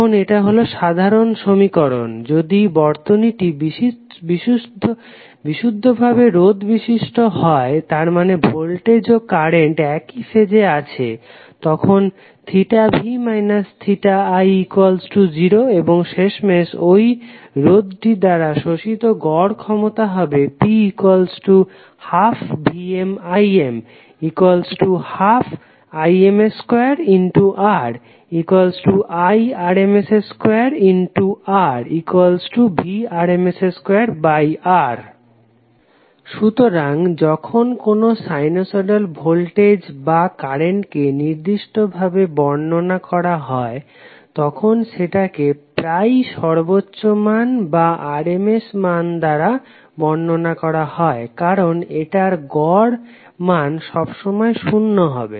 এখন এটা হলো সাধারণ সমীকরণ যদি বর্তনীটি বিশুদ্ধ ভাবে রোধ বিশিষ্ট হয় তার মানে ভোল্টেজ ও কারেন্ট একই ফেজে আছে তখন v i0 এবং শেষমেশ ওই রোধটি দ্বারা শোষিত গড় ক্ষমতা হবে P12VmIm12Im2RIrms2RVrms2R সুতরাং যখন কোনো সাইনোসইডাল ভোল্টেজ বা কারেন্টকে নির্দিষ্ট ভাবে বর্ণনা করা হয় তখন সেটাকে প্রায়ই সর্বোচ্চ মান বা RMS মান দ্বারা বর্ণনা করা হয় কারণ এটার গড় মান সবসময় শুন্য হবে